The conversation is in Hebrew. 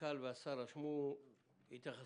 המנכ"ל והשר רשמו התייחסויות.